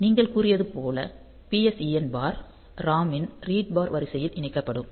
நீங்கள் கூறியது போல் PSEN பார் ROM இன் ரீட் பார் வரிசையில் இணைக்கப்படும்